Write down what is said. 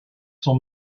son